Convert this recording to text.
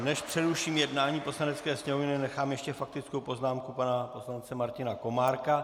Než přeruším jednání Poslanecké sněmovny, nechám ještě faktickou poznámku pana poslance Martina Komárka.